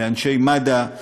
לאנשי מד"א,